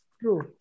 True